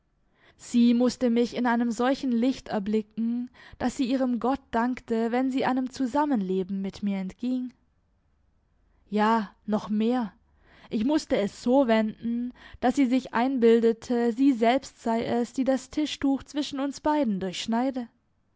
sie mußte mich in einem solchen licht erblicken daß sie ihrem gott dankte wenn sie einem zusammenleben mit mir entging ja noch mehr ich mußte es so wenden daß sie sich einbildete sie selbst sei es die das tischtuch zwischen uns beiden durchschneide